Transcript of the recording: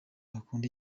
bakunda